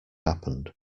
happened